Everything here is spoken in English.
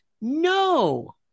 No